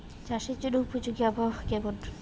চাষের জন্য উপযোগী আবহাওয়া কেমন?